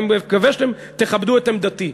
ואני מקווה שתכבדו את עמדתי.